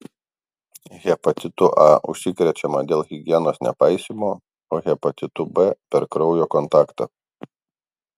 hepatitu a užsikrečiama dėl higienos nepaisymo o hepatitu b per kraujo kontaktą